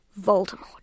Voldemort